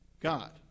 God